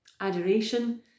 Adoration